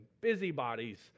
busybodies